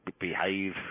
behave